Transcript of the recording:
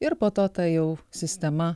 ir po to tai jau sistema